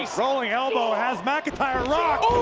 rowing elbow has macintyre rocked.